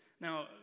now